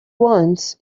once